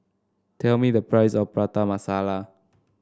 tell me the price of Prata Masala